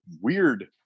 weird